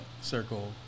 circle